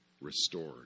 restored